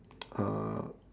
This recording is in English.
uh